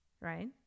right